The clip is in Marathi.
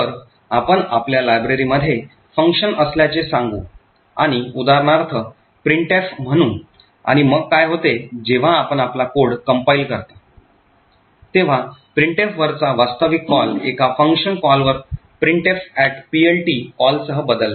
तर आपण आपल्या लायब्ररीमध्ये फंक्शन असल्याचे सांगू आणि उदाहरणार्थ printf म्हणू आणि मग काय होते जेव्हा आपण आपला कोड compile करता तेव्हा printf वरचा वास्तविक कॉल एका फंक्शन कॉलवर printfPLT कॉलसह बदलला